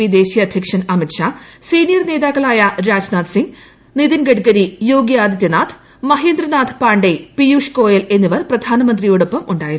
P ദേശീയ അധ്യക്ഷൻ Amit Shah senior നേതാക്കളായ രാജ്നാഥ് സിംഗ് നിതിൻ ഗഡ്കരി യോഗി ആദിത്യനാഥ് മഹേന്ദ്രനാഥ് പാണ്ഡെ പീയൂഷ് ഗോയൽ എന്നിവർ പ്രധാനമന്ത്രിയോടൊപ്പമുണ്ടായിരുന്നു